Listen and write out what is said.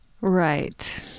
Right